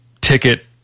ticket